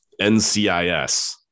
NCIS